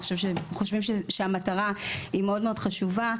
המטרה מאוד חשובה.